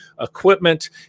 equipment